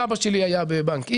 סבא שלי היה בבנק X,